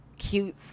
cute